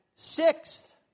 sixth